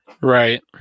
Right